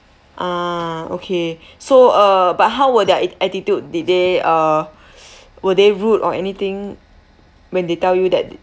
ah okay so uh but how were their at~ attitude did they uh were they rude or anything when they tell you that